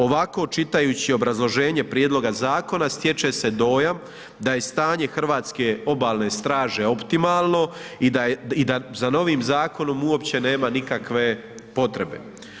Ovako čitajući obrazloženje prijedloga zakona stječe se dojam da je stanje hrvatske Obalne straže optimalno i da za novim zakonom uopće nema nikakve potrebe.